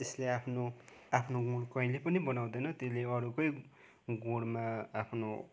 त्यसले आफ्नो आफ्नो गुड कहिले पनि बनाउँदैन त्यसले अरूकै गुडमा आफ्नो